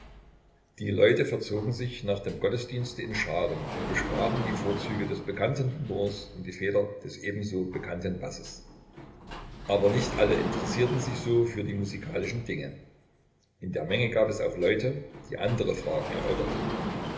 die leute verzogen sich nach dem gottesdienste in scharen und besprachen die vorzüge des bekannten tenors und die fehler des ebenso bekannten basses aber nicht alle interessierten sich so für die musikalischen dinge in der menge gab es auch leute die andere fragen erörterten